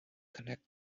connect